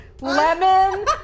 lemon